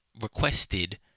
requested